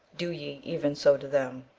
do ye even so to them.